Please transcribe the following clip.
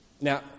Now